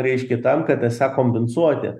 reiškia tam kad esą kompensuoti